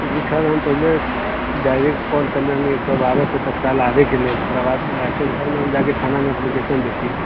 जी sir हम पहिले direct call करने रहिए एक सओ बारहपर तत्काल आबैके लेल ओकरा बाद एतै तब ने हम जाइ छी हम थानामे एप्लीकेशन देती